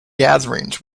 gatherings